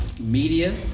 media